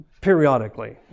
periodically